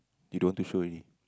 they don't want to show already